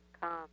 come